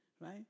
right